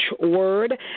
word